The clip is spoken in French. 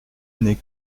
n’est